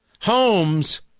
Homes